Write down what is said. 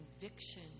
conviction